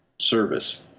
service